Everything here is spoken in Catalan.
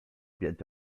viatge